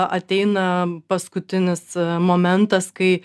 ateina paskutinis momentas kai